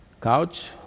couch